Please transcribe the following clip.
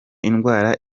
indwara